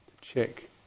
check